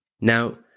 Now